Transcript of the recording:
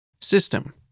system